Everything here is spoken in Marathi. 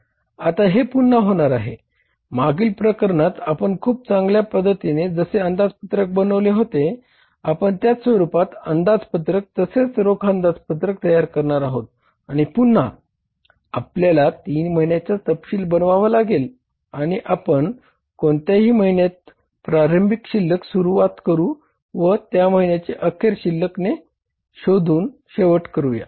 आता हे पुन्हा होणार आहे मागील प्रकरणात आपण खूप चांगल्या पद्धतीने जसे अंदाजपत्रक बनवले होते आपण त्याच स्वरूपात अंदाजपत्रक तसेच रोख अंदाजपत्रक शोधून शेवट करूया